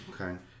Okay